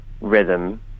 rhythm